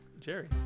Jerry